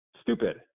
Stupid